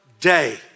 day